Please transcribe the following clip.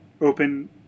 open